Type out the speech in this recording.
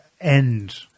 end